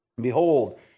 Behold